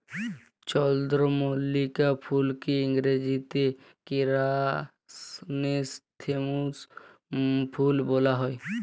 চলদরমল্লিকা ফুলকে ইংরাজিতে কেরাসনেথেমুম ফুল ব্যলা হ্যয়